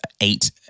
eight